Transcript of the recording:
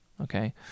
okay